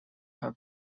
have